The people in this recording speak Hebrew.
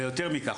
ויותר מכך,